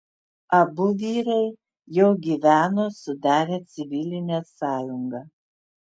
abu vyrai jau gyveno sudarę civilinę sąjungą